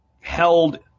held